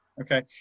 Okay